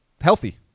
healthy